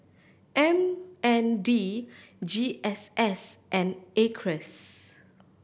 M N D G S S and Acres